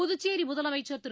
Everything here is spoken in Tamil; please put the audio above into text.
புதுச்சேரிமுதலமைச்சர் திரு